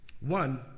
One